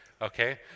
Okay